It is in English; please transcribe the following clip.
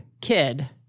kid